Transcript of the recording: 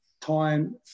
time